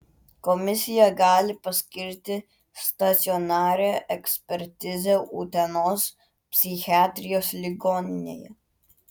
komisija gali paskirti stacionarią ekspertizę utenos psichiatrijos ligoninėje